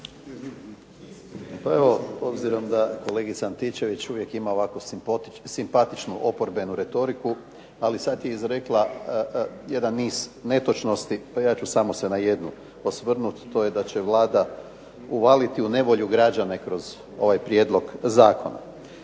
Pa evo obzirom da kolegica Antičević uvijek ima ovako simpatičnu oporbenu retoriku, ali sad je izrekla jedan niz netočnosti, pa ja ću samo se na jednu osvrnuti, to je da će Vlada uvaliti u nevolju građane kroz ovaj prijedlog zakona.